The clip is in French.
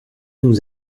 nous